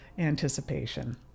anticipation